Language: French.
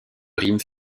rimes